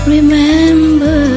Remember